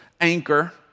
anchor